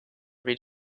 read